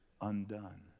undone